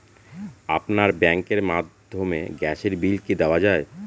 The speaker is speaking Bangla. আপনার ব্যাংকের মাধ্যমে গ্যাসের বিল কি দেওয়া য়ায়?